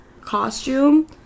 costume